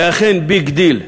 ואכן, ביג דיל,